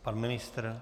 Pan ministr?